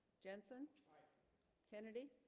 jensen kennedy